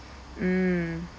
mm